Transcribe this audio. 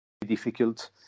difficult